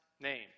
name